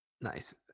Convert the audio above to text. Nice